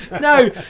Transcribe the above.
No